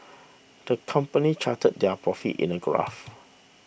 the company charted their profits in a graph